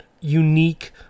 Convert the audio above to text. unique